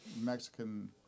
Mexican